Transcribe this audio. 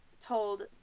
told